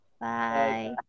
Bye